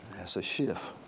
that's a shift.